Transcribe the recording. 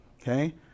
okay